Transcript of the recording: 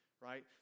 right